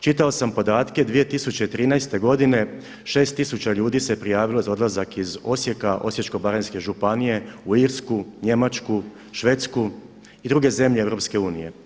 Čitao sam podatke 2013. godine 6 tisuća ljudi se je prijavilo za odlazak iz Osijeka, Osječko-baranjske županije u Irsku, Njemačku, Švedsku i druge zemlje EU.